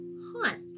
haunt